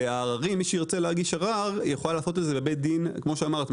ומי שירצה להגיש ערר יוכל לעשות את זה בבית דין מינהלי.